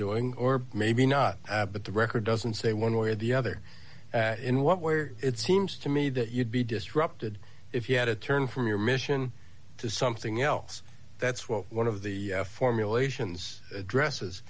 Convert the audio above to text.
doing or maybe not but the record doesn't say one way or the other in what way or it seems to me that you'd be disrupted if you had to turn from your mission to something else that's what one of the formulations addresses